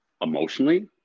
emotionally